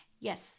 Yes